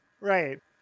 Right